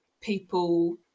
people